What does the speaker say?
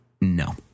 No